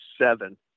seven